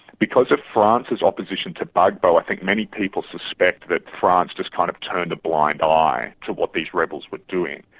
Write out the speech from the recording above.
because of france's opposition to gbagbo, i think many people suspect that french just kind of turned a blind eye to what these rebels were doing.